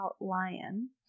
lion